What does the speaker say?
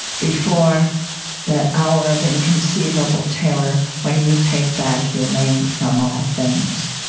before that hour of inconceivable terror when you take back your name from all things.